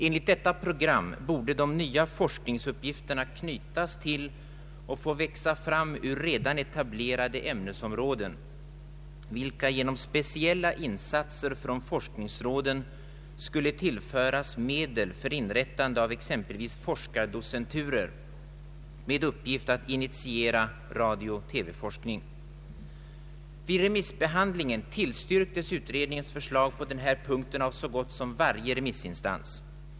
Enligt detta program borde de nya forskningsuppgifterna knytas till och få växa fram ur redan etablerade ämnesområden, vilka genom speciella insatser från forskningsråden skulle tillföras medel för inrättande av exempelvis forskardocenturer med uppgift att initiera radio/TV-forskning. Vid remissbehandlingen av betänkandet tillstyrktes utredningens förslag på denna punkt av så gott som varje remissinstans.